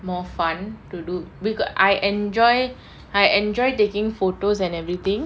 more fun to do we got I enjoy I enjoy taking photos and everything